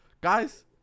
Guys